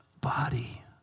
body